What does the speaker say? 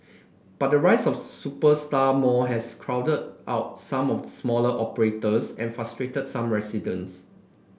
but the rise of superstar mall has crowded out some of smaller operators and frustrated some residents